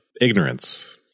ignorance